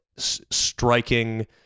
Striking